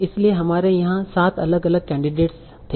इसलिए हमारे यहां 7 अलग अलग कैंडिडेट्स थे